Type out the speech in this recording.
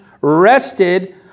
rested